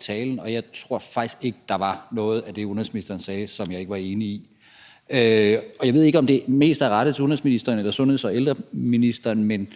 talen. Jeg tror faktisk ikke, der var noget af det, udenrigsministeren sagde, som jeg ikke var enig i. Jeg ved ikke, om det her mest er rettet til udenrigsministeren eller til sundhedsministeren, men